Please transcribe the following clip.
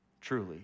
truly